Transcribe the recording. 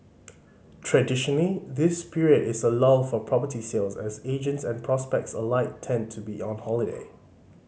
traditionally this period is a lull for property sales as agents and prospects alike tend to be on holiday